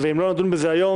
ואם לא נדון בזה היום,